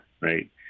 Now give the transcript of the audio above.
right